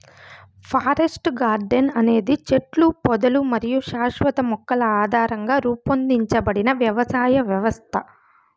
forest garden అనేది చెట్లు, పొదలు మరియు శాశ్వత మొక్కల ఆధారంగా రూపొందించబడిన వ్యవసాయ వ్యవస్థ